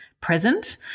present